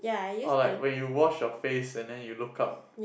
or like when you wash your face and then you look up